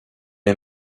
est